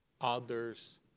others